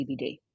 CBD